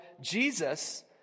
Jesus